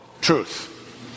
truth